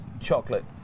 chocolate